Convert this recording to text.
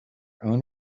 own